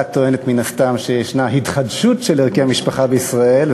את טוענת מן הסתם שישנה התחדשות של ערכי המשפחה בישראל,